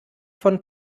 von